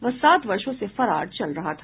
वह सात वर्षों से फरार चल रहा था